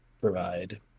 provide